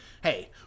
Hey